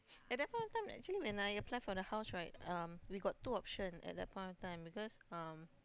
at that point of time actually when I apply for the house right um we got two option at that point of time because um